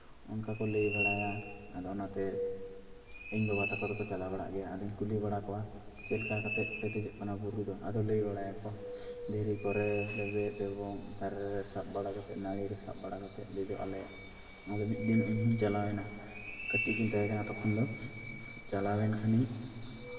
ᱚᱱᱠᱟᱠᱚ ᱞᱟᱹᱭ ᱵᱟᱲᱟᱭᱟ ᱟᱫᱚ ᱚᱱᱟᱛᱮ ᱤᱧ ᱵᱟᱵᱟ ᱛᱟᱠᱚ ᱫᱚᱠᱚ ᱪᱟᱞᱟᱣ ᱵᱟᱲᱟᱜ ᱜᱮᱭᱟ ᱟᱫᱚᱧ ᱠᱩᱞᱤ ᱠᱚᱣᱟ ᱪᱮᱫ ᱞᱮᱠᱟ ᱠᱟᱛᱮᱫ ᱯᱮ ᱫᱮᱡᱚᱜ ᱠᱟᱱᱟ ᱵᱩᱨᱩ ᱫᱚ ᱟᱫᱚᱭ ᱞᱟᱹᱭ ᱵᱟᱲᱟᱭᱟᱠᱚ ᱫᱷᱤᱨᱤ ᱠᱚᱨᱮᱫ ᱞᱮᱵᱮᱫ ᱮᱵᱚᱝ ᱫᱟᱨᱮ ᱨᱮ ᱥᱟᱵ ᱵᱟᱲᱟ ᱠᱟᱛᱮᱫ ᱱᱟᱹᱲᱤᱨᱮ ᱥᱟᱵ ᱵᱟᱲᱟ ᱠᱟᱛᱮᱫ ᱫᱮᱡᱚᱜ ᱟᱞᱮ ᱟᱫᱚ ᱢᱤᱫ ᱫᱤᱱ ᱤᱧ ᱦᱚᱧ ᱪᱟᱞᱟᱣᱮᱱᱟ ᱠᱟᱹᱴᱤᱡ ᱜᱤᱧ ᱛᱟᱦᱮᱸ ᱠᱟᱱᱟ ᱛᱚᱠᱷᱚᱱ ᱫᱚ ᱪᱟᱞᱟᱣᱮᱱ ᱠᱷᱟᱱᱤᱧ